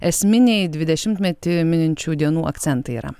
esminiai dvidešimtmetį mininčių dienų akcentai yra